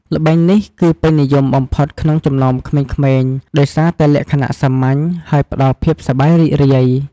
ល្បែងនេះ គឺពេញនិយមបំផុតក្នុងចំណោមក្មេងៗ ដោយសារតែលក្ខណៈសាមញ្ញ ហើយផ្ដល់ភាពសប្បាយរីករាយ។